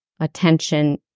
attention